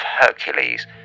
Hercules